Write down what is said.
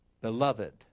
beloved